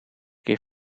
keer